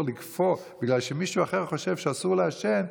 ולקפוא בגלל שמישהו אחר חושב שאסור לעשן,